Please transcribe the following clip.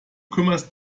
kümmerst